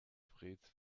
freds